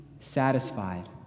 satisfied